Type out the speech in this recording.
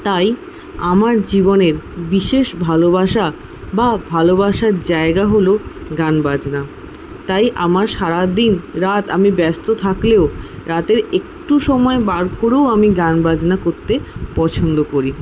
তাই আমার জীবনের বিশেষ ভালোবাসা বা ভালোবাসার জায়গা হল গানবাজনা তাই আমার সারাদিন রাত আমি ব্যস্ত থাকলেও রাতে একটু সময় বার করে আমি গান বাজনা করতে পছন্দ করি